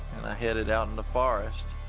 and i headed out in the forest.